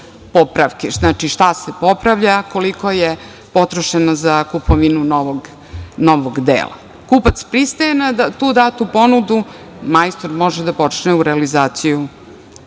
popravke. Znači, šta se popravlja, koliko je potrošeno za kupovinu novog dela? Kupac pristaje na tu datu ponudu, majstor može da počne u realizaciju